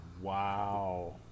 Wow